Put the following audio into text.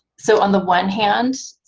so on the one hand,